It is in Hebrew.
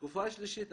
התקופה השלישית,